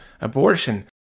abortion